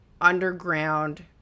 underground